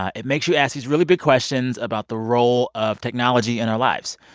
it makes you ask these really big questions about the role of technology in our lives.